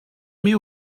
mets